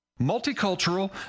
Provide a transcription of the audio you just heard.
Multicultural